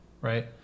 Right